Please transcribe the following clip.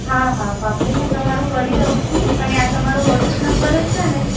હા હા પાકું હું તમારું કરી દઉં છું અને આ તમારો વોટસપ નંબર જ છે ને